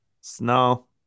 snow